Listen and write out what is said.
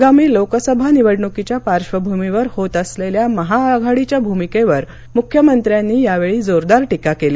आगामी लोकसभा निवडणुकीच्या पार्श्वभूमीवर होत असलेल्या महाआघाडीच्या भूमिकेवर मुख्यमंत्र्यांनी यावेळी जोरदार टीका केली